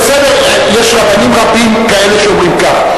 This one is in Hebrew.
בסדר, יש רבנים רבים כאלה שאומרים כך.